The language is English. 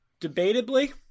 debatably